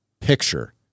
Picture